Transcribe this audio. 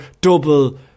double